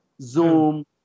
Zoom